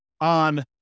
on